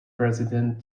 president